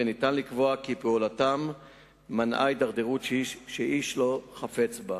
וניתן לקבוע כי פעולתם מנעה הידרדרות שאיש לא חפץ בה.